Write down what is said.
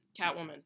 Catwoman